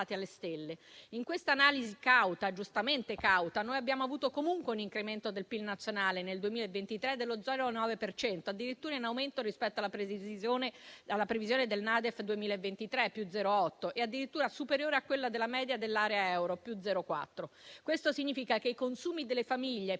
alle stelle. In questa analisi cauta, giustamente cauta, noi abbiamo avuto comunque un incremento del PIL nazionale, nel 2023, dello 0,9 per cento: addirittura in aumento rispetto alla previsione della NaDEF 2023, che era +0,8 ed addirittura superiore a quella della media dell'area euro, che era +0,4. Questo significa che i consumi delle famiglie,